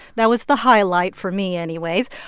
that was the highlight for me, anyways.